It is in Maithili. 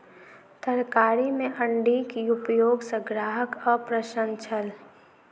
तरकारी में अण्डीक उपयोग सॅ ग्राहक अप्रसन्न छल